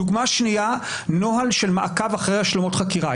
דוגמה שנייה, נוהל של מעקב אחרי השלמות חקירה.